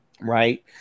Right